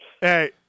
Hey